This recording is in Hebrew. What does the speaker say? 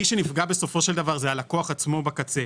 מי שנפגע בסופו של דבר זה הלקוח עצמו בקצה.